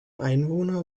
einwohner